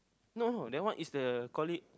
no that one is the colleague